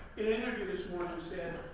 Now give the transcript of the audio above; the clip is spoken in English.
interview this morning said,